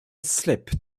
slip